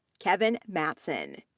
kevin matson,